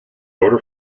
order